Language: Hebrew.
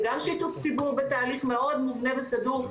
וגם שיתוף ציבור בתהליך מאוד מובנה וסדור,